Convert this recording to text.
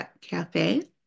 Cafe